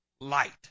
light